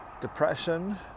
depression